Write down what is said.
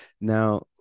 Now